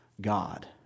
God